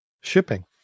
shipping